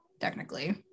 technically